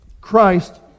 Christ